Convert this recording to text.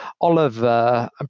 Oliver